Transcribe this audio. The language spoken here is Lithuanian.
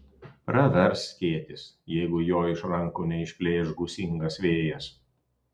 pravers skėtis jeigu jo iš rankų neišplėš gūsingas vėjas